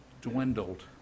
dwindled